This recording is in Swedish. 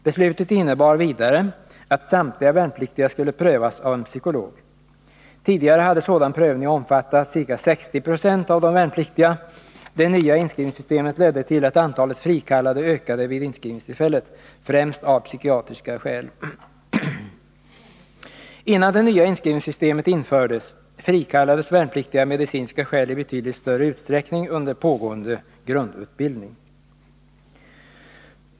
Beslutet innebar vidare att samtliga värnpliktiga skulle prövas av en psykolog. Tidigare hade sådan prövning omfattat ca 60 96 av de värnpliktiga. Det nya inskrivningssystemet ledde till att antalet frikallade ökade vid inskrivningstillfället, främst av psykiatriska skäl. Innan det nya inskrivningssystemet infördes, frikallades värnpliktiga av medicinska skäl i betydligt större utsträckning under pågående grundutbildning.